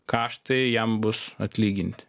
kaštai jam bus atlyginti